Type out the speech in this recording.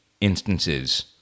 instances